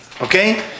okay